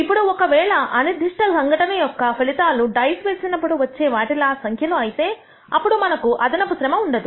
ఇప్పుడు ఒకవేళ అనిర్దిష్ట సంఘటన యొక్క ఫలితాలు డైస్ వేసినప్పుడు వచ్చే వాటిలా సంఖ్యలు అయితే అప్పుడు మనకు అదనపు శ్రమ ఉండదు